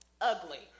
Ugly